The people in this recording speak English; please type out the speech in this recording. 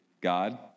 God